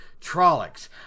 Trollocs